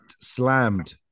slammed